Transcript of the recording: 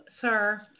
sir